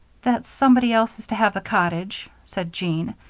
that somebody else is to have the cottage, said jean,